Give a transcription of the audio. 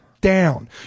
down